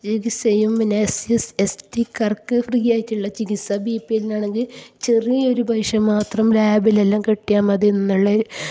ഇത് same A ടിക്കാർക്ക് ഫ്രീയായിട്ടുള്ള ചികിത്സ ബി പി എല്ലിനാണെങ്കിൽ ചെറിയൊരു പൈസ മാത്രം ലാബിലെല്ലാം കെട്ടിയാൽ മതി എന്നുള്ള